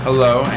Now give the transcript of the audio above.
Hello